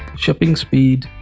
shipping speed,